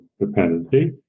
dependency